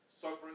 suffering